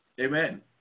Amen